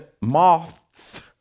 moths